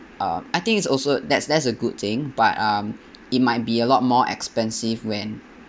uh I think it's also that's that's a good thing but um it might be a lot more expensive when